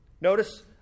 Notice